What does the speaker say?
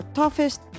toughest